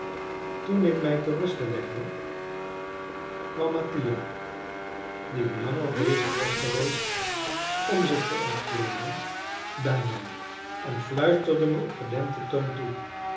toen ik mij te rusten legde kwam mattia die langer bezig was geweest om zich te ontkleeden bij mij en fluisterde me op gedempten toon toe